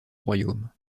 royaume